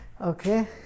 Okay